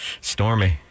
Stormy